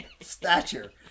stature